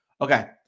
okay